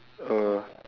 uh